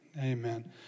amen